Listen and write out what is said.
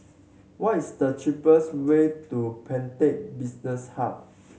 what is the cheapest way to Pantech Business Hub